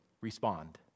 respond